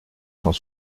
cent